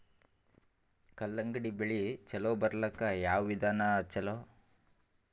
ಕಲ್ಲಂಗಡಿ ಬೆಳಿ ಚಲೋ ಬರಲಾಕ ಯಾವ ವಿಧಾನ ಚಲೋ?